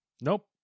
Nope